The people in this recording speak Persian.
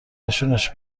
نشونش